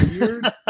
weird